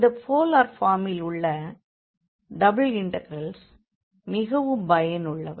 இந்த போலார் பார்மில் உள்ள டபுள் இண்டெக்ரல்ஸ் மிகவும் பயனுள்ளவை